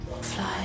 Fly